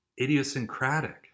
idiosyncratic